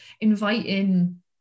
inviting